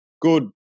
good